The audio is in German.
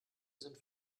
sind